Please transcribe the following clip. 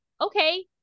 Okay